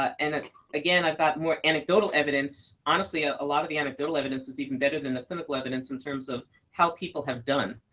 ah and ah again, i've got more anecdotal evidence. honestly, a lot of the anecdotal evidence is even better than the clinical evidence in terms of how people have done.